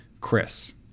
Chris